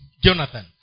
Jonathan